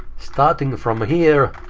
starting from here,